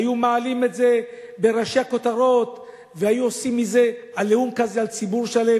היו מעלים את זה לראשי הכותרות והיו עושים "עליהום" כזה על ציבור שלם,